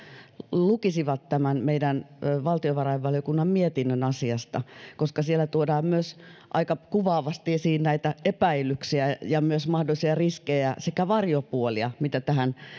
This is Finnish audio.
lukisivat tämän meidän valtiovarainvaliokunnan mietinnön asiasta koska siellä myös tuodaan aika kuvaavasti esiin näitä epäilyksiä ja myös mahdollisia riskejä sekä varjopuolia mitä tähän